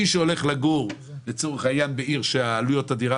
מי שהולך לגור לצורך העניין בעיר שעלויות הדירה